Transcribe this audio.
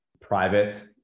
private